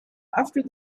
after